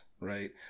right